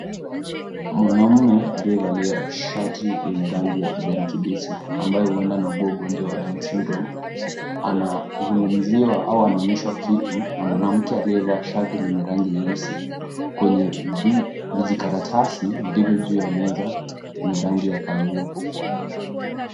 Mwanaume aliyevalia shati yenye rangi ya kijani kibichi ambaye huenda anaugua ugonjwa wa down syndrome anazungumziwa au anaonyeshwa kitu na mwanamke aliyevaa shati lenye rangi nyeusi kwenye vijikaratasi vilivyo juu ya meza yenye rangi ya kahawia.